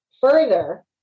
further